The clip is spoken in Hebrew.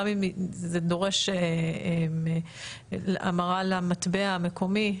גם אם זה דורש המרה למטבע המקומי,